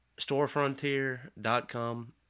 Storefrontier.com